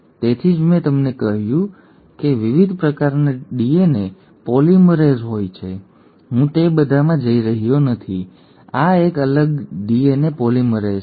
તેથી જ મેં તમને કહ્યું હતું કે વિવિધ પ્રકારના ડીએનએ પોલિમરેઝ હોય છે હું તે બધામાં જઈ રહ્યો નથી આ એક અલગ ડીએનએ પોલિમરેઝ છે